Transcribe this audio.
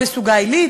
בסוגה עילית,